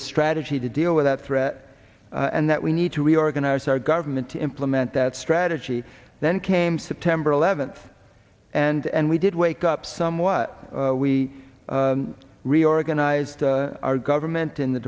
a strategy to deal with that threat and that we need to reorganize our government to implement that strategy then came september eleventh and we did wake up somewhat we reorganized our government in the